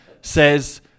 says